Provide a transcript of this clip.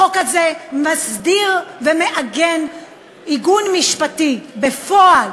החוק הזה מסדיר ומעגן עיגון משפטי, בפועל.